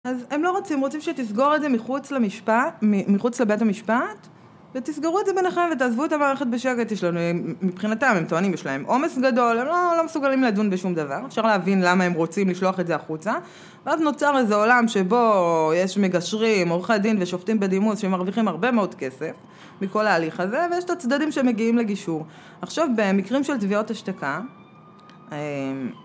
אז הם לא רוצים, הם רוצים שתסגור את זה מחוץ למשפט, מחוץ לבית המשפט ותסגרו את זה ביניכם ותעזבו את המערכת בשקט, יש לנו מבחינתם הם טוענים שיש להם עומס גדול, הם לא מסוגלים לדון בשום דבר אפשר להבין למה הם רוצים לשלוח את זה החוצה ואז נוצר איזה עולם שבו יש מגשרים, עורכי דין ושופטים בדימוס שהם מרוויחים הרבה מאוד כסף מכל ההליך הזה, ויש את הצדדים שמגיעים לגישור, עכשיו במקרים של תביעות השתקה